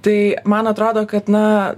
tai man atrodo kad na